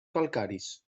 calcaris